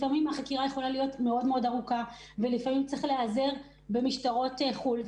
החקירה יכולה להיות מאוד ארוכה ולעיתים יש להיתמך גם בידי משטרות חו"ל.